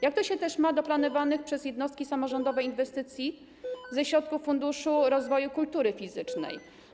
Jak to się ma do planowanych przez jednostki samorządowe inwestycji ze środków Funduszu Rozwoju Kultury Fizycznej?